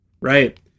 right